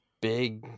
Big